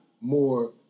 more